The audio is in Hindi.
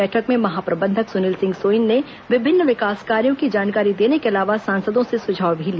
बैठक में महाप्रबंधक सुनील सिंह सोइन ने विभिन्न विकास कार्यों की जानकारी देने के अलावा सांसदों से सुझाव भी लिए